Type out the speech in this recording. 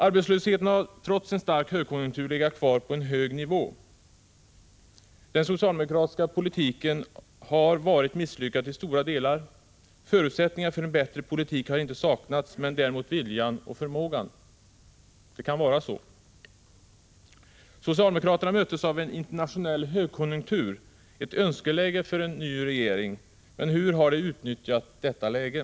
Arbetslösheten har trots en stark högkonjunktur legat kvar på en hög nivå. Den socialdemokratiska politiken har till stora delar varit misslyckad. Förutsättningar för en bättre politik har inte saknats, men däremot viljan och förmågan. Socialdemokraterna möttes av en internationell högkonjunktur — ett önskeläge för en ny regering. Men hur har de utnyttjat detta läge?